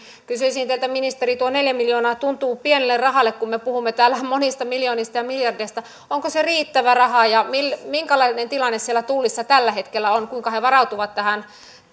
kysyisin teiltä ministeri tuo neljä miljoonaa tuntuu pienelle rahalle kun me puhumme täällä monista miljoonista ja miljardeista onko se riittävä raha ja minkälainen tilanne siellä tullissa tällä hetkellä on kuinka he varautuvat tähän